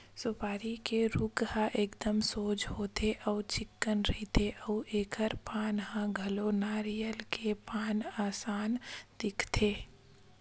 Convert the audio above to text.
सुपारी के रूख ह एकदम सोझ होथे अउ चिक्कन रहिथे अउ एखर पाना ह घलो नरियर के पाना असन दिखथे